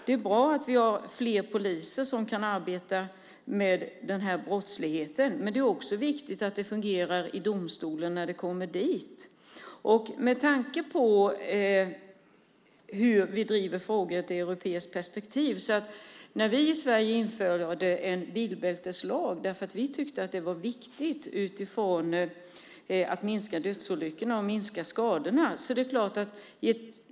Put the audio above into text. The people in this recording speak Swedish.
Det är bra att vi har fler poliser som kan arbeta med den här brottsligheten, men det är också viktigt att det fungerar i domstolarna när ärendena kommer dit. Med tanke på hur vi driver frågor i ett europeiskt perspektiv vill jag påminna om när vi i Sverige införde bilbälteslagen. Vi gjorde det eftersom vi tyckte att det var viktigt att minska dödsolyckorna och skadorna.